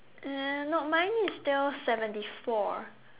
uh no mine is still seventy four